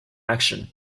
action